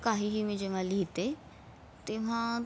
काहीही मी जेव्हा लिहिते तेव्हा